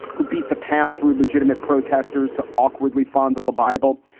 who beats a path through legitimate protesters to awkwardly fondle a bible.